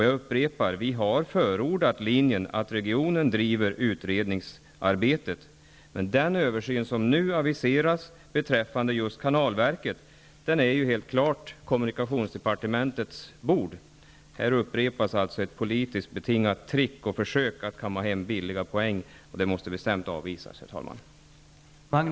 Jag upprepar att vi har förordat linjen att regionen driver utredningsarbetet. Den översyn som nu aviseras beträffande kanalverket är helt klart kommunikationsdepartementets bord. Här upprepas ett politiskt betingat trick och försök att kamma hem billiga poäng. Det måste bestämt avvisas, herr talman.